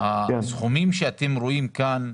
שהסכומים שאתם רואים כאן,